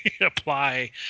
apply